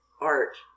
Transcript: art